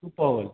Supaul